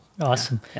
Awesome